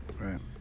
Right